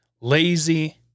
lazy